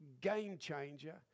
game-changer